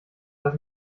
was